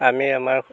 আমি আমাৰ